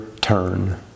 turn